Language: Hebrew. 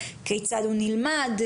כיצד הוא נלמד,